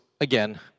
again